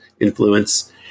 influence